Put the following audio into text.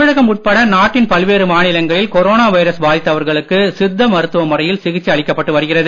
தமிழகம் உட்பட நாட்டின் பல்வேறு மாநிலங்களில் கொரோனா வைரஸ் பாதித்தவர்களுக்கு சித்த மருத்துவ முறையில் சிகிச்சை அளிக்கப்பட்டு வருகிறது